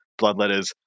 Bloodletters